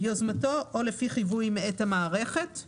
ביוזמתו או לפי חיווי מאת המערכת;